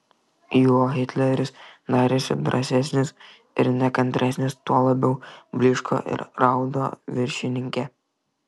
juo hitleris darėsi drąsesnis ir nekantresnis tuo labiau blyško ir raudo viršininkė